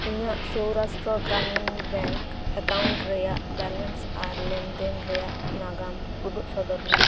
ᱤᱧᱟᱹᱜ Saurashtra Gramin bank account ᱨᱮᱭᱟᱜ balance ᱟᱨ ᱞᱮᱱᱫᱮᱱ ᱨᱮᱭᱟᱜ ᱱᱟᱜᱟᱢ ᱩᱫᱩᱜ ᱥᱚᱫᱚᱨ ᱢᱮ